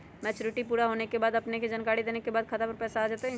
Maturity पुरा होवे के बाद अपने के जानकारी देने के बाद खाता पर पैसा आ जतई?